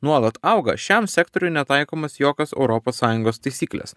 nuolat auga šiam sektoriui netaikomos jokios europos sąjungos taisyklės